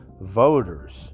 Voters